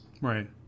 Right